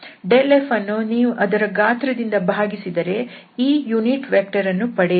∇f ಅನ್ನು ನೀವು ಅದರ ಗಾತ್ರ ದಿಂದ ಭಾಗಿಸಿದರೆ ಈ ಏಕಾಂಶ ಸದಿಶ ವನ್ನು ಪಡೆಯಬಹುದು